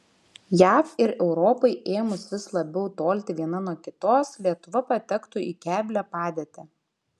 jav ir europai ėmus vis labiau tolti viena nuo kitos lietuva patektų į keblią padėtį